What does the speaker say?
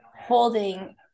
holding